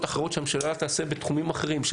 אחרות שהממשלה תעשה בתחומים אחרים.